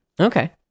Okay